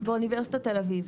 באוניברסיטת תל אביב.